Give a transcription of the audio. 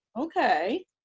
Okay